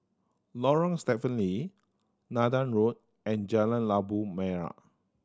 Lorong Stephen Lee Nathan Road and Jalan Labu Merah